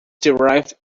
derived